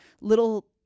little